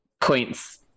points